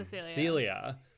Celia